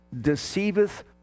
Deceiveth